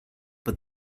but